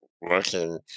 working